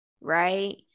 Right